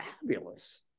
fabulous